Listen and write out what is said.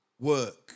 work